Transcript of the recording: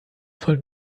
von